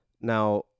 Now